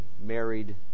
married